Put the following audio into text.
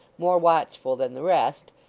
more watchful than the rest,